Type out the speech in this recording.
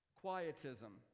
quietism